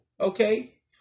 Okay